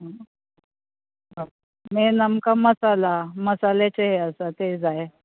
main आमकां मसाला मसाल्यांचें हें आसा तें जाय